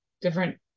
different